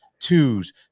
twos